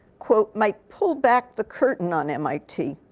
quote, might pull back the curtain on mit.